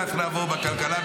כך נעבור בכלכלה,